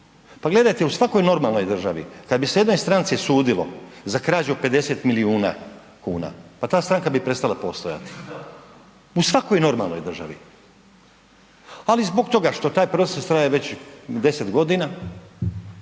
Pa gledajte u svakoj normalnoj državi kad bi se jednoj stranci sudilo za krađu 50 milijuna kuna pa ta stranka bi prestala postojati. U svakoj normalnoj državi, ali zbog toga što taj proces traje već 10 godina,